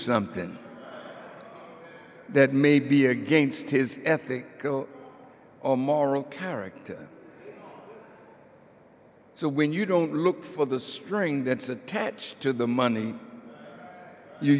something that may be against his ethic or moral character so when you don't look for the string that's attached to the money